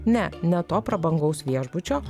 ne ne to prabangaus viešbučio